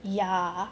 ya